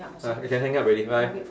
ah you can hang up already bye